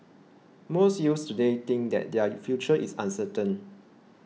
most youths today think that their future is uncertain